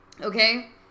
Okay